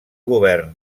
govern